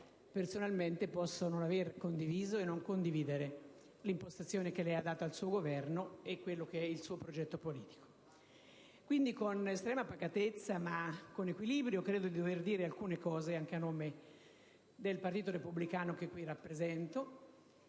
personalmente posso non aver condiviso e non condividere l'impostazione che lei ha dato al suo Governo e il suo progetto politico. Quindi, con estrema pacatezza ma con equilibrio, credo di dover dire alcune cose a nome del Partito Repubblicano che qui rappresento,